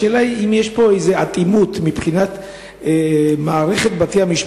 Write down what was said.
השאלה היא אם יש כאן אטימות מבחינת מערכת בתי-המשפט